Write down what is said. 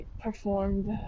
performed